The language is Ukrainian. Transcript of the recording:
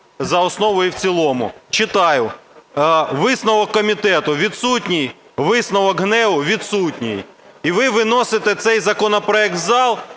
за основу і в цілому. Читаю: висновок комітету відсутній, висновок ГНЕУ – відсутній. І ви виносите цей законопроект в зал